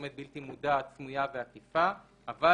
"פרסומת בלתי מודעת סמויה ועקיפה" אבל